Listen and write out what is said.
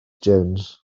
jones